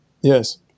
Yes